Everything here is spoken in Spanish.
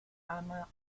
ama